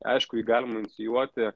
aišku jį galima inicijuoti